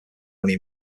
money